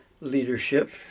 leadership